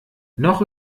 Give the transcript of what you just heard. noch